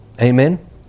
Amen